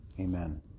Amen